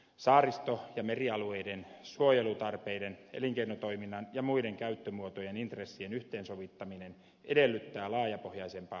saaristo ja merialueiden suojelutarpeiden elinkeinotoiminnan ja muiden käyttömuotojen intressien yhteensovittaminen edellyttää laajapohjaisempaa alueellista tarkastelua